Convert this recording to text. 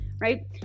right